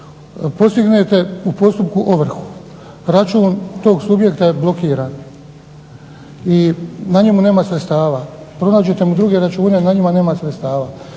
postignete u postupku ovrhu, račun tog subjekta je blokiran i na njemu nema sredstava, pronađete mu druge račune na njima nema sredstava,